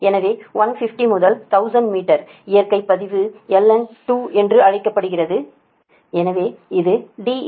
எனவே 150 முதல் 1000 மீட்டர் இயற்கை பதிவு ln 2 என்று அழைக்கப்படும் சமபக்க இங்கே கொடுக்கப்பட்டுள்ளது அது தான் நீங்கள் அழைக்கப்படுகிறீர்கள்